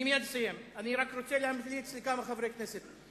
מייד אסיים, אני רק רוצה להמליץ לכמה חברי כנסת.